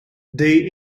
the